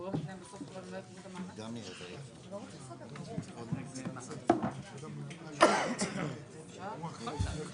שכמה שיותר עסקים ועצמאים שנפגעו בתקופת האומיקרון יהיו זכאים ויוכלו